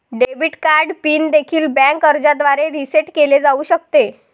debit card pin देखील bank अर्जाद्वारे reset केले जाऊ शकते